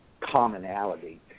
commonality